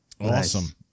awesome